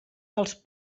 pels